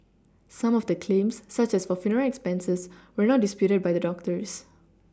some of the claims such as for funeral expenses were not disputed by the doctors